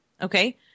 Okay